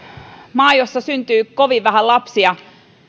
maa jossa syntyy kovin vähän lapsia